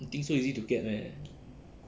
you think so easy to get meh